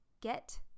Get